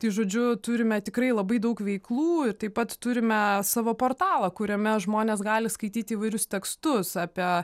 tai žodžiu turime tikrai labai daug veiklų ir taip pat turime savo portalą kuriame žmonės gali skaityti įvairius tekstus apie